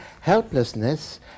helplessness